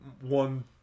one